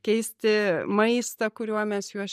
keisti maistą kuriuo mes juos